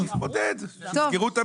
המשרד שיתמודד, שיסגרו את המשרדים.